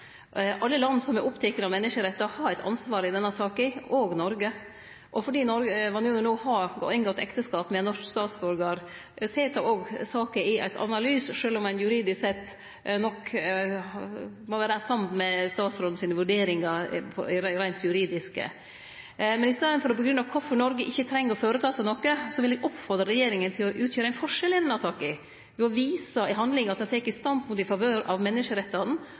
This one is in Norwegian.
Alle land som er opptekne av menneskerettar, har eit ansvar i denne saka, også Noreg. Fordi Vanunu har inngått ekteskap med ein norsk statsborgar, set det saka i eit anna lys, sjølv om ein nok må vere samd i vurderingane til statsråden reint juridisk. I staden for å grunngi kvifor Noreg ikkje treng å føreta seg noko, vil eg oppfordre regjeringa til å gjere ein forskjell i denne saka ved å vise i handling at ein tek standpunkt i favør av menneskerettane